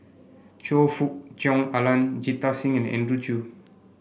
Choe Fook Cheong Alan Jita Singh and Andrew Chew